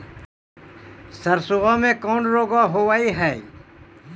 सरसोबा मे कौन रोग्बा होबय है?